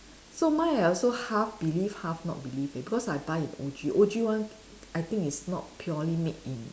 so mine I also half believe half not believe eh because I buy in O_G O_G one I think is not purely made in